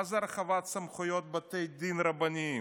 מה זה הרחבת סמכויות בתי דין רבניים?